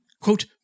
Quote